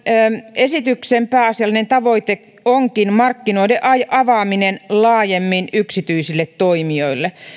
esityksen pääasiallinen tavoite onkin markkinoiden avaaminen laajemmin yksityisille toimijoille